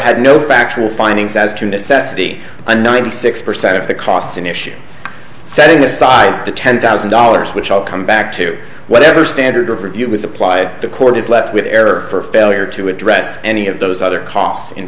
had no factual findings as to necessity and ninety six percent of the costs an issue setting aside the ten thousand dollars which all come back to whatever standard of review was applied the court is left with error for failure to address any of those other costs in